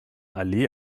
allee